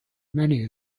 many